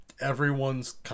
everyone's